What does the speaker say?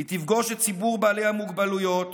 היא תפגוש את ציבור בעלי המוגבלויות,